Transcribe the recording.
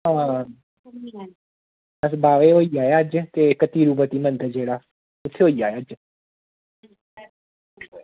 अस बाह्वे होई आए अस कत्ती तरीक तगर मंदर जाना उत्थें होई आए अज्ज